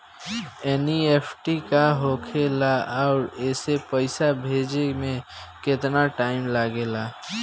NEFT का होखे ला आउर एसे पैसा भेजे मे केतना टाइम लागेला?